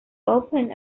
opened